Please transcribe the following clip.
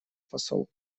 посол